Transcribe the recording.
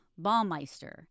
baumeister